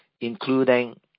including